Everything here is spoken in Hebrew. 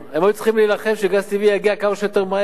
הם היו צריכים להילחם שגז טבעי יגיע כמה שיותר מהר.